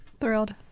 Thrilled